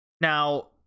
now